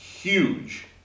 huge